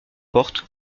portes